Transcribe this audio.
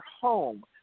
home